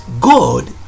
God